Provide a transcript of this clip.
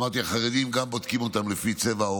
ואמרתי שם שגם את החרדים בודקים לפי צבע,